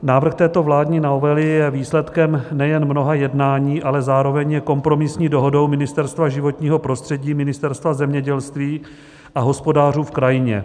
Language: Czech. Návrh této vládní novely je výsledkem nejen mnoha jednání, ale zároveň je kompromisní dohodou Ministerstva životního prostředí, Ministerstva zemědělství a hospodářů v krajině.